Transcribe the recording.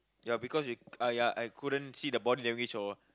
ya because it I uh I couldn't see the body language or